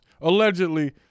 allegedly